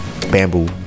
bamboo